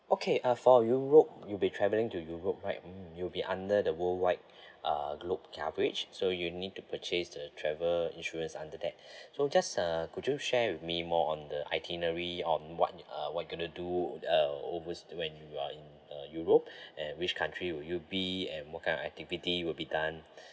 okay uh for europe you'll be travelling to europe right mm you'll be under the whole wide uh globe coverage so you need to purchase the travel insurance under that so just uh could you share with me more on the itinerary on what uh what you going to do uh overseas when you're in uh europe and which country will you be and what kind of activity will be done